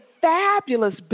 fabulous